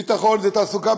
ביטחון זה תעסוקה,